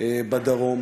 בדרום